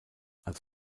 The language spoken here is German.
als